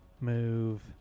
move